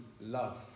love